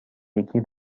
یکی